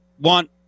want